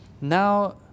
now